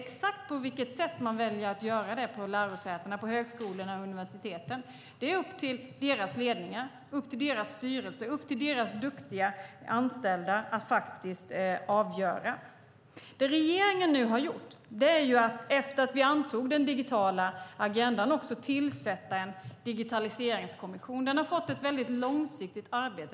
Exakt på vilket sätt man på lärosätena, högskolorna och universiteten väljer att göra det är upp till deras ledningar, deras styrelser och deras duktiga anställda att avgöra. Det regeringen nu har gjort är att - efter det att vi antog den digitala agendan - tillsätta en digitaliseringskommission. Den har fått en väldigt långsiktig uppgift.